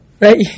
Right